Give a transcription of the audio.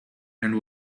and